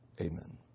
amen